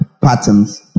patterns